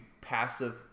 passive